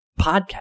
podcast